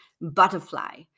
butterfly